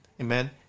Amen